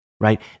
right